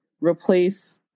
replace